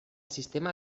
sistema